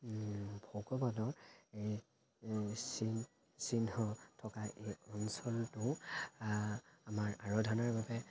ভগৱানক চিন চিহ্ন থকা এই অঞ্চলটো আমাৰ আৰাধানাৰ বাবে